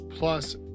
Plus